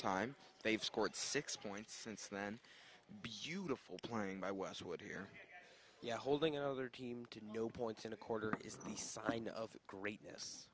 time they've scored six points since then beautiful playing by westwood here yet holding another team to no points in a quarter is the sign of greatness